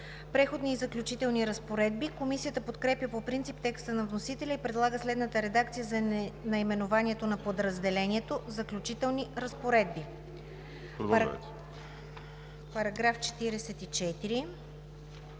„Преходни и заключителни разпоредби“. Комисията подкрепя по принцип текста на вносителя и предлага следната редакция за наименованието на подразделението: „Заключителни разпоредби“. По § 44